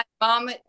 mom